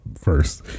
first